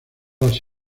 las